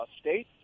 State